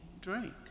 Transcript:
drink